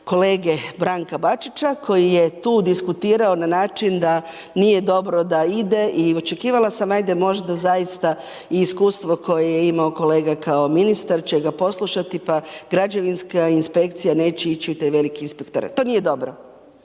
kolege Branka Bačića koji je tu diskutirao na način da nije dobro da ide i očekivala sam ajde možda zaista i iskustvo koje je imao kolega kao ministar će ga poslušati pa građevinska inspekcija neće ići u taj veliki inspektorat. To nije dobro.